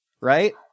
right